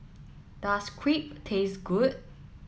does Crepe taste good